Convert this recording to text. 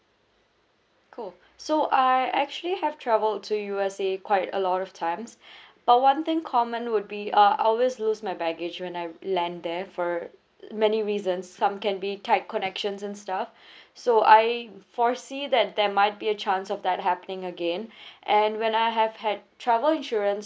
cool so I actually have travelled to U_S_A quite a lot of times but one thing common would be uh I always lose my baggage when I land there for many reasons some can be tight connections and stuff so I foresee that there might be a chance of that happening again and when I have had travel insurance